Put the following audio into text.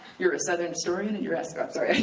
you're a southern historian and you're asking, oh, i'm sorry.